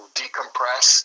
decompress